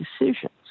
decisions